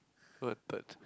but that's